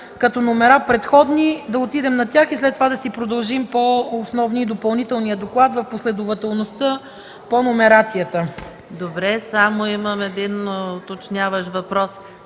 като предходни номера, да отидем на тях. След това да продължим по основния и Допълнителния доклад в последователността по номерацията.